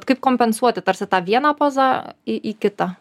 kaip kompensuoti tarsi tą vieną pozą į į kitą